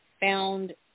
found